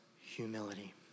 humility